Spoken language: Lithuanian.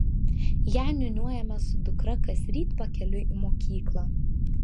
ją niūniuojame su dukra kasryt pakeliui į mokyklą